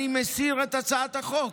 אני מסיר את הצעת החוק,